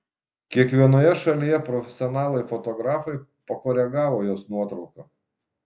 kiekvienoje šalyje profesionalai fotografai pakoregavo jos nuotrauką